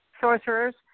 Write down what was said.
sorcerers